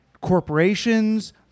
corporations